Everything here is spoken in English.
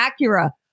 Acura